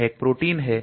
यह एक प्रोटीन है